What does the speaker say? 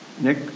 Nick